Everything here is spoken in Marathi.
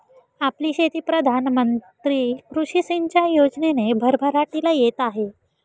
आपली शेती प्रधान मंत्री कृषी सिंचाई योजनेने भरभराटीला येत आहे